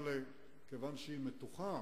אבל מכיוון שהיא מתוחה